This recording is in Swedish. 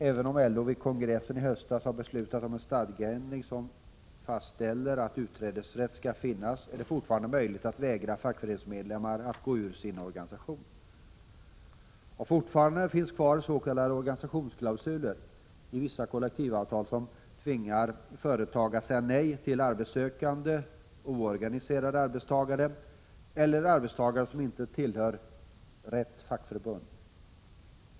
Även om LO vid kongressen i höstas har beslutat om en stadgeändring som fastställer att utträdesrätt skall finnas är det fortfarande möjligt att vägra fackföreningsmedlemmar att gå ur sin organisation. Och fortfarande finns kvar s.k. organisationsklausuler i vissa kollektivavtal som tvingar företagare att säga nej till arbetssökande oorganiserade arbetstagare eller arbetstagare som inte tillhör ”rätt fackförbund”.